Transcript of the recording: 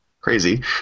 crazy